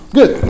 Good